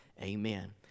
Amen